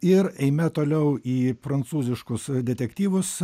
ir eime toliau į prancūziškus detektyvus